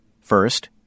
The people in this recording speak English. First